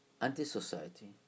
anti-society